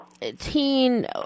teen